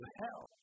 hell